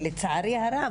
לצערי הרב,